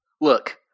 Look